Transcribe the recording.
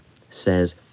says